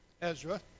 Ezra